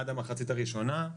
עד למחצית הראשונה,